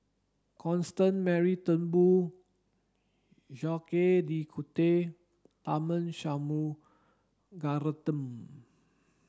Constance Mary Turnbull Jacques de Coutre Tharman Shanmugaratnam